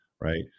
right